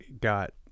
got